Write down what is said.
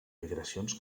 migracions